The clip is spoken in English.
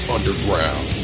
Underground